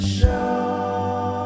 show